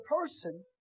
person